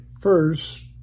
First